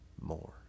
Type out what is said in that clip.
more